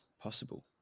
possible